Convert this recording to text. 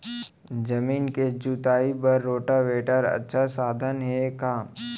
जमीन के जुताई बर रोटोवेटर अच्छा साधन हे का?